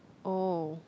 oh